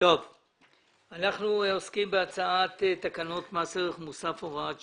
אנחנו עוסקים בהצעת תקנות מס ערך מוסף (הוראת שעה),